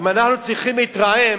אם אנחנו צריכים להתרעם,